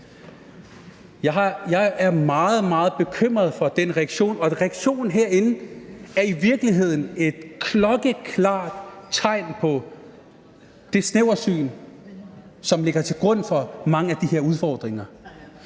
borgere, der oplever racisme. Reaktionen herinde er i virkeligheden et klokkeklart tegn på det snæversyn, som ligger til grund for mange af de her udfordringer.